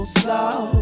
slow